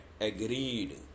agreed